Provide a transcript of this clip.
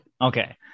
Okay